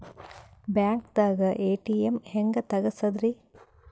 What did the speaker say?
ಬ್ಯಾಂಕ್ದಾಗ ಎ.ಟಿ.ಎಂ ಹೆಂಗ್ ತಗಸದ್ರಿ?